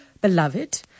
beloved